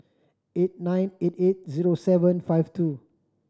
eight nine eight eight zero seven five two